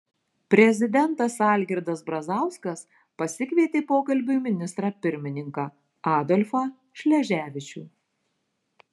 prezidentas algirdas brazauskas pasikvietė pokalbiui ministrą pirmininką adolfą šleževičių